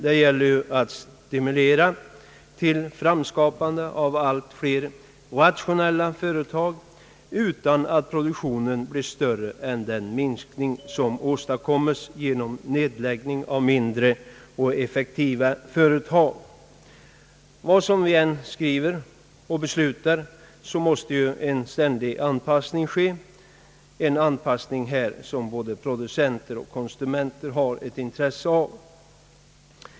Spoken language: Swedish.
Det gäller ju att stimulera till skapande av allt flera rationella företag utan att produktionen ökas mer än den minskning som åstadkommes genom nedläggning av mindre, ineffektiva företag. Vad vi än skriver och beslutar måste denna anpassning ske, vilket både producenter och konsumenter har intresse av.